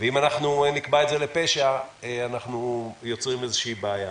אם אנחנו נקבע את זה לפשע אנחנו יוצרים איזושהי בעיה.